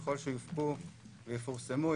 ככל שיופקו ויפורסמו,